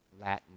Latin